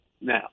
Now